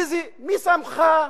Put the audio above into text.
מי שמך,